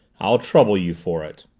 i'll trouble you for it.